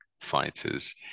fighters